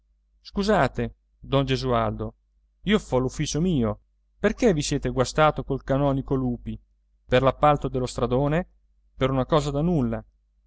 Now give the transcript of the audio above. scusate don gesualdo io fo l'ufficio mio perché vi siete guastato col canonico lupi per l'appalto dello stradone per una cosa da nulla